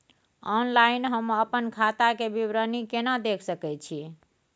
Online हम अपन खाता के विवरणी केना देख सकै छी?